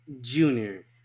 Junior